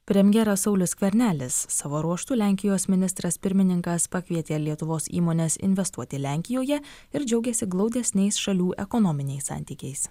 premjeras saulius skvernelis savo ruožtu lenkijos ministras pirmininkas pakvietė lietuvos įmones investuoti lenkijoje ir džiaugėsi glaudesniais šalių ekonominiais santykiais